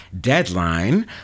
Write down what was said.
deadline